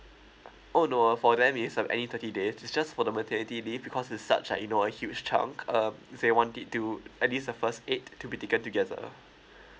oh no uh for them is uh any thirty days it's just for the maternity leave because it's such uh you know a huge chunk um they want it to at least the first eight to be taken together